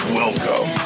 welcome